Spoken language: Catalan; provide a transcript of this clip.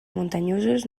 muntanyosos